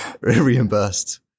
reimbursed